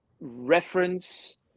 reference